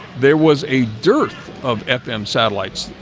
there was a dearth of fm. satellites.